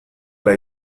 ala